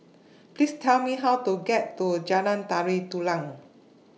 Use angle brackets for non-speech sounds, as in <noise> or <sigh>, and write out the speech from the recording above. <noise> Please Tell Me How to get to Jalan Tari Dulang